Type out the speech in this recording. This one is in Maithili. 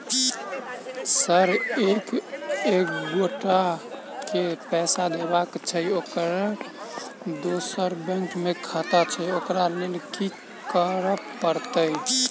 सर एक एगोटा केँ पैसा देबाक छैय ओकर दोसर बैंक मे खाता छैय ओकरा लैल की करपरतैय?